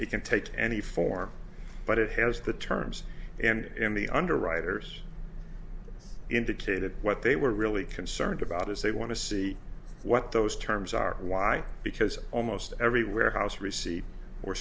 it can take any form but it has the terms and the underwriters indicated what they were really concerned about is they want to see what those terms are why because almost every warehouse receipt or